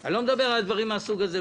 אני לא מדבר על דברים מהסוג הזה.